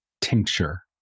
tincture